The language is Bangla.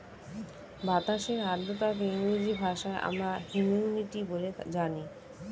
বাতাসের আর্দ্রতাকে ইংরেজি ভাষায় আমরা হিউমিডিটি বলে জানি